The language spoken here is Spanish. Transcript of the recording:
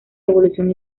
revolución